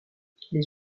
les